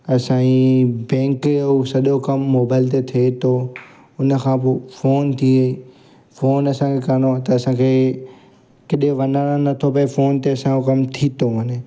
असांजी बैंक जो सॼो कमु मोबाइल ते थिए थो हुन खां पोइ फ़ोन थी फ़ोन असांखे कान हुओ त असांखे केॾे वञिणो न थो पिए फ़ोन ते असांजो कमु थी थो वञे